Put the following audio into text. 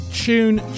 tune